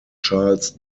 charles